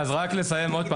רק לסיום: